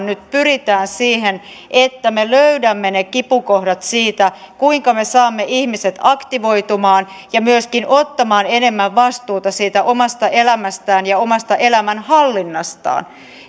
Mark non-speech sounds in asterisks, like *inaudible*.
*unintelligible* nyt pyritään siihen että me löydämme ne kipukohdat siitä kuinka me saamme ihmiset aktivoitumaan ja myöskin ottamaan enemmän vastuuta siitä omasta elämästään ja omasta elämänhallinnastaan